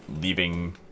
leaving